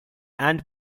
and